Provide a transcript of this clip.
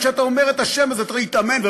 עד שאתה אומר את השם הזה אתה צריך להתאמן,